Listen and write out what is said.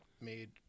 made